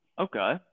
Okay